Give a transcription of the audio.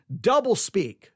doublespeak